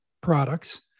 products